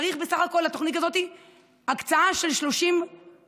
צריך בסך הכול לתוכנית כזאת הקצאה של 30 מתמחים